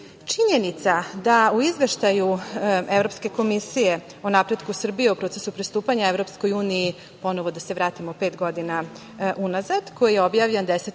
je da je u Izveštaju Evropske komisije o napretku Srbije u procesu pristupanja EU, ponovo da se vratimo pet godina unazad, koji je objavljen 10.